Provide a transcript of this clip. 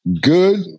Good